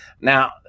now